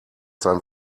sein